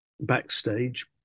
backstage